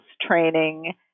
training